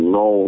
no